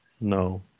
No